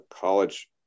college